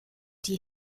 die